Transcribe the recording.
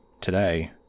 today